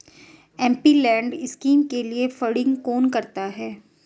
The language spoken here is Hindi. एमपीलैड स्कीम के लिए फंडिंग कौन करता है?